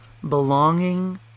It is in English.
belonging